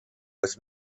was